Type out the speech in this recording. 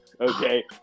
Okay